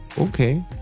okay